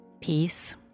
Peace